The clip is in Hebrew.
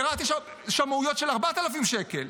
ברהט יש שמאויות של 4,000 שקל,